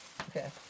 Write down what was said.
Okay